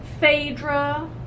Phaedra